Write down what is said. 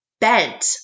bent